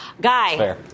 Guy